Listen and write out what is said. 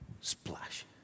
Splash